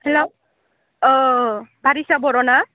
hello औ बारिसा बर'ना